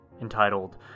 entitled